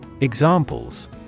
Examples